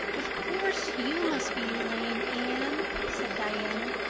of course you must be elaine, anne, said diana.